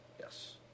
Yes